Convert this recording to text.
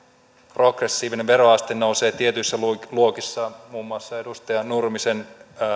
progressiivinen veroaste nousee tietyissä luokissa muun muassa edustaja nurmisen